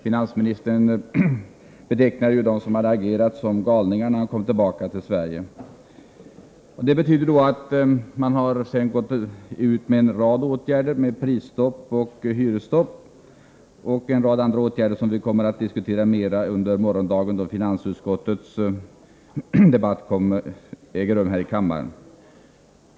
Finansministern betecknade dem som agerat som galningar när han kom tillbaka till Sverige från sin resa. Regeringen har nu gått ut med en rad åtgärder — prisstopp, hyresstopp och andra åtgärder som vi kommer att diskutera mera ingående under morgondagen då ekonomisk debatt äger rum här i kammaren.